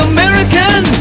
American